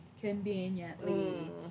Conveniently